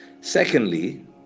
Secondly